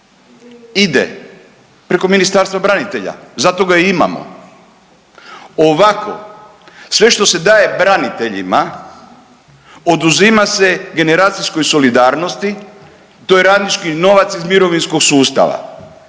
ide preko Ministarstva branitelja. Zato ga i imamo. Ovako sve što se daje braniteljima oduzima se generacijskoj solidarnosti. To je radnički novac iz mirovinskog sustava.